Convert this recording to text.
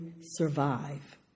survive